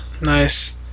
Nice